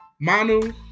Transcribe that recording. Manu